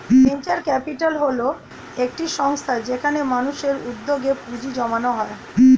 venture capital হল একটি সংস্থা যেখানে মানুষের উদ্যোগে পুঁজি জমানো হয়